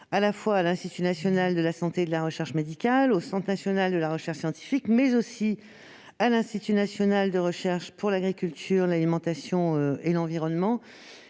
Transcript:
notamment à l'Institut national de la santé et de la recherche médicale, au Centre national de la recherche scientifique et à l'Institut national de recherche pour l'agriculture, l'alimentation et l'environnement.